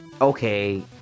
okay